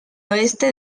oeste